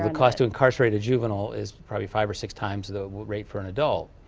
ah cost to incarcerate a juvenile, is probably five or six times the rate for an adult.